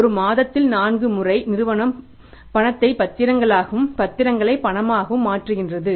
ஒரு மாதத்தில் 4 முறை நிறுவனம் பணத்தை பத்திரங்களாகவும் பத்திரங்களை பணமாகவும் மாற்றுகின்றன